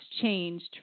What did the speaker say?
changed